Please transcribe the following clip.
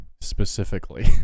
specifically